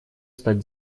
стать